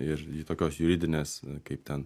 ir tokios juridinės kaip ten